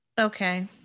Okay